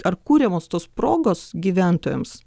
ar kuriamos tos progos gyventojams